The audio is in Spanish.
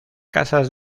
casas